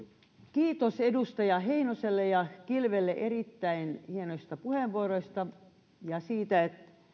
kiitos edustaja heinoselle ja kilvelle erittäin hienoista puheenvuoroista ja siitä että